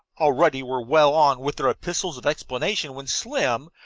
already were well on with their epistles of explanation when slim,